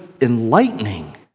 enlightening